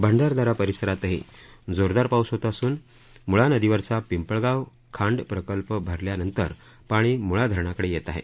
भंडारदरा परिसरातही जोरदार पाऊस होत असून मूळा नदीवरचा पिंपळगाव खांड प्रकल्प भरल्यानंतर पाणी म्ळा धरणाकडे येत आहे